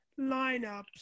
lineups